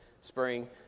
spring